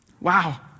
Wow